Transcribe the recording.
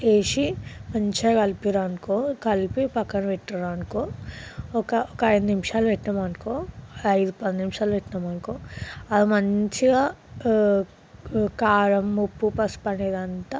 వేసి మంచిగా కలిపారనుకో కలిపి ప్రక్కన పెట్టారనుకో ఒక ఒక ఐదు నిమిషాలు పెట్టామనుకో ఐదు పది నిమిషాలు పెట్టామనుకో అది మంచిగా కారం ఉప్పు పసుపు అనేది అంతా